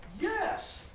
Yes